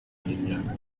n’imyaka